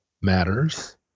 matters